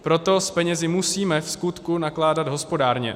Proto s penězi musíme vskutku nakládat hospodárně.